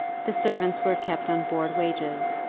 the servants were kept on board wages,